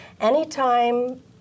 anytime